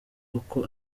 uko